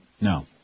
No